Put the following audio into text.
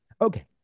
Okay